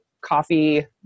coffee